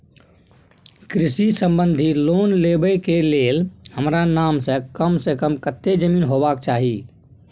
कृषि संबंधी लोन लेबै के के लेल हमरा नाम से कम से कम कत्ते जमीन होबाक चाही?